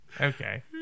Okay